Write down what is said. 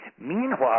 Meanwhile